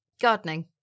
gardening